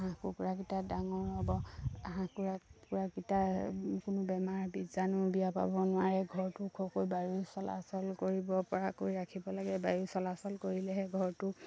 হাঁহ কুকুৰাকেইটা ডাঙৰ হ'ব হাঁহ কুকুৰা কুকুৰাকেইটা কোনো বেমাৰৰ বীজাণু বিয়পাব নোৱাৰে ঘৰটো ওখকৈ বায়ু চলাচল কৰিব পৰাকৈ ৰাখিব লাগে বায়ু চলাচল কৰিলেহে ঘৰটো